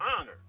honor